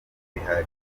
bihagije